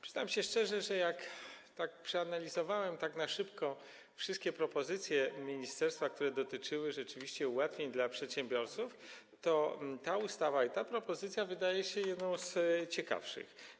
Przyznam szczerze, że jak przeanalizowałem tak na szybko wszystkie propozycje ministerstwa, które dotyczyły ułatwień dla przedsiębiorców, to ta ustawa i ta propozycja wydała mi się jedną z ciekawszych.